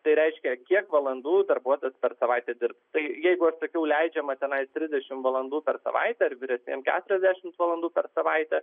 tai reiškia kiek valandų darbuotojas per savaitę dirbs tai jeigu aš sakiau leidžiama tenai trisdešimt valandų per savaitę ar vyresniem keturiasdešimt valandų per savaitę